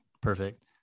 perfect